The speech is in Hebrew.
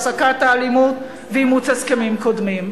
הפסקת האלימות ואימוץ הסכמים קודמים.